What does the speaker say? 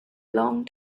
long